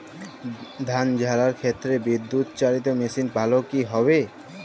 ধান ঝারার ক্ষেত্রে বিদুৎচালীত মেশিন ভালো কি হবে?